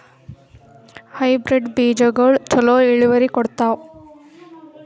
Hybrid ಬೇಜಗೊಳು ಛಲೋ ಇಳುವರಿ ಕೊಡ್ತಾವ?